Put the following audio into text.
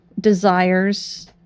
desires